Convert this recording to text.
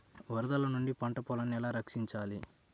వరదల నుండి నా పంట పొలాలని ఎలా రక్షించాలి?